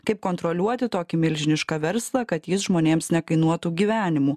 kaip kontroliuoti tokį milžinišką verslą kad jis žmonėms nekainuotų gyvenimų